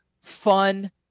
fun